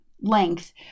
length